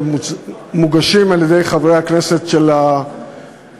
שמוגשות על-ידי חברי הכנסת של האופוזיציה,